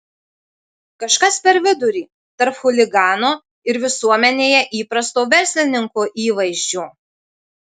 kažkas per vidurį tarp chuligano ir visuomenėje įprasto verslininko įvaizdžio